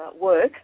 work